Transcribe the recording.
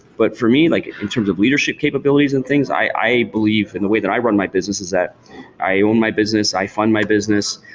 but for me, like in terms of leadership capabilities and things, i believe in the way that i run my business is that i own my business, i fund my business,